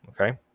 okay